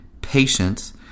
patience